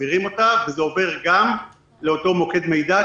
מסבירים אותה וזה עובר גם לאותו מוקד מידע,